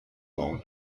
bauen